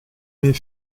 met